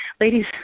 Ladies